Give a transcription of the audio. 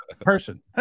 person